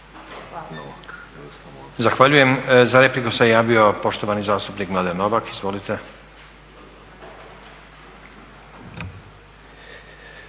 Zahvaljujem. Za repliku se javio poštovani zastupnik Mladen Novak. Izvolite.